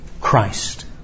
Christ